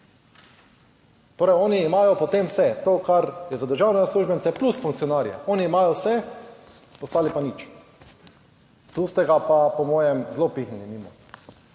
Torej oni imajo potem vse to, kar je za državne uslužbence plus funkcionarje, oni imajo vse, ostali pa nič. Tu ste ga pa po mojem zelo pihnili mimo,